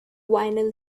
vinyl